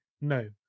no